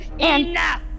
Enough